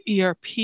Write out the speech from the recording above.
ERP